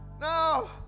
no